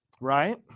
Right